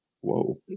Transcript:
whoa